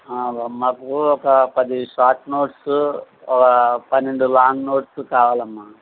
మాకు ఒక పది షార్ట్ నోట్సు ఒక పన్నెండు లాంగ్ నోట్సు కావాలమ్మ